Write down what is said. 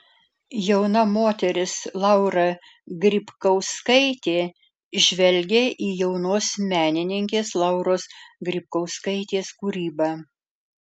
jauna moteris laura grybkauskaitė žvelgia į jaunos menininkės lauros grybkauskaitės kūrybą